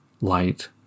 light